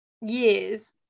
years